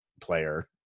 player